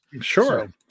Sure